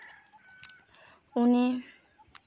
ᱩᱱᱤ